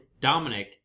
Dominic